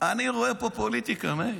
אני רואה פה פוליטיקה, מאיר,